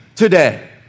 today